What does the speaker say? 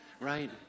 right